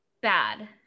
Bad